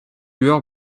lueurs